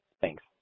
Thanks